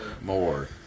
More